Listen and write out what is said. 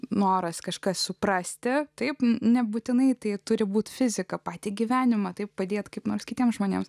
noras kažką suprasti taip nebūtinai tai turi būti fizika patį gyvenimą taip padėti kaip nors kitiems žmonėms